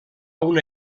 una